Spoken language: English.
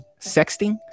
sexting